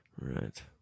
Right